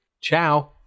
Ciao